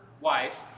wife